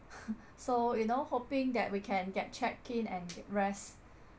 so you know hoping that we can get check in and get rest